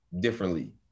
differently